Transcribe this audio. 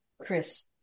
Chris